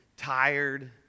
tired